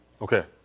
Okay